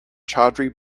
tawdry